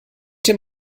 dem